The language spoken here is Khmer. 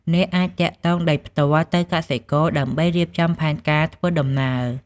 អ្នកអាចទាក់ទងដោយផ្ទាល់ទៅកសិករដើម្បីរៀបចំផែនការធ្វើដំណើរ។